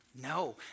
No